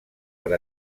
per